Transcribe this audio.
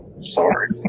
Sorry